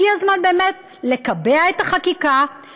הגיע הזמן באמת לקבע את החקיקה,